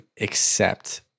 accept